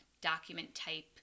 document-type